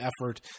effort